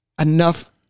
Enough